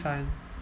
find